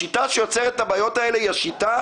השיטה שיוצרת את הבעיות האלה היא השיטה